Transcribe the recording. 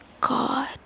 god